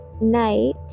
night